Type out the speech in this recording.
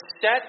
set